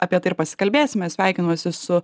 apie tai ir pasikalbėsime sveikinuosi su